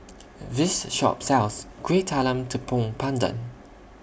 This Shop sells Kuih Talam Tepong Pandan